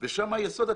ושם יסוד הטהרה,